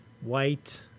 white